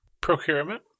Procurement